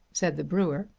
said the brewer.